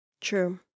True